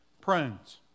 prunes